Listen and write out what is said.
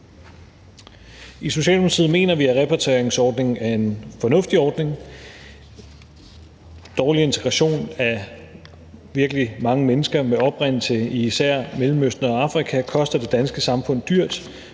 I Socialdemokratiet mener vi, at repatrieringsordningen er en fornuftig ordning. Dårlig integration af virkelig mange mennesker med oprindelse i især Mellemøsten og Afrika koster det danske samfund dyrt